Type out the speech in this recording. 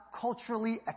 culturally